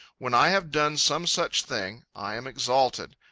when i have done some such thing, i am exalted.